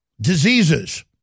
Diseases